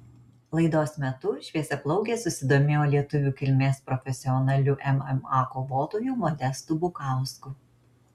laidos metu šviesiaplaukė susidomėjo lietuvių kilmės profesionaliu mma kovotoju modestu bukausku